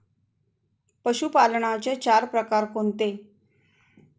पशुपालनाचे चार प्रकार कोणते?